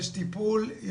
יש טיפול.